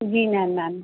ji ma'am ma'am